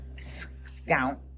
scout